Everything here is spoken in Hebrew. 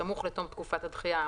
בסמוך לתום תקופת הדחייה,